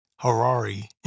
Harari